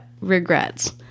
regrets